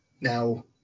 Now